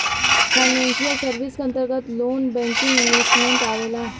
financial service क अंतर्गत loan banking investment आवेला